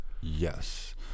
Yes